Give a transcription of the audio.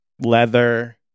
Leather